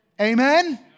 Amen